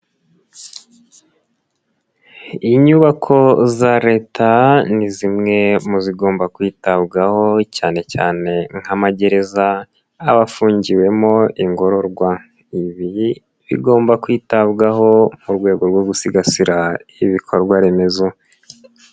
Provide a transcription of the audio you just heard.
Inyubako za Leta ni zimwe mu zigomba kwitabwaho cyane cyane nk'amagereza aba afungiwemo ingororwa. Ibi bigomba kwitabwaho mu rwego rwo gusigasira ibikorwaremezo.